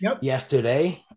yesterday